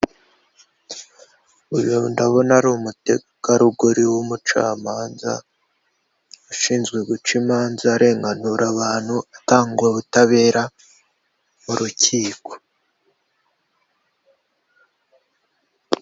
Uyu ndabona ari umutegarugori w'umucamanza ushinzwe guca imanza arenganura abantu atanga ubutabera mu rukiko.